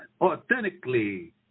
authentically